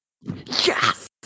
Yes